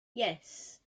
yes